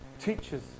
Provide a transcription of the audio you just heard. teachers